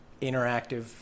interactive